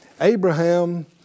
Abraham